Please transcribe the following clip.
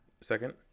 second